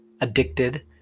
addicted